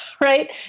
right